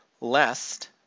lest